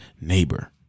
neighbor